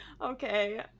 Okay